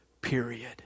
period